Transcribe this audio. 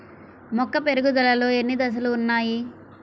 మొక్క పెరుగుదలలో ఎన్ని దశలు వున్నాయి?